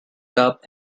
cup